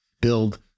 build